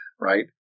right